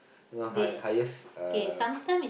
you know high highest uh